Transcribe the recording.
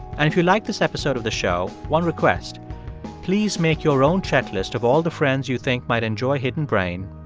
and if you liked this episode of the show, one request please make your own checklist of all the friends you think might enjoy hidden brain,